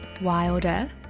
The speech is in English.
wilder